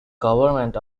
government